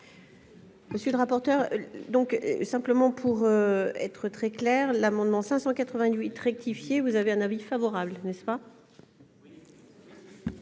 Monsieur le rapporteur, donc simplement pour être très clair : l'amendement 588 rectifié, vous avez un avis favorable n'est-ce pas.